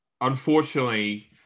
unfortunately